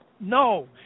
No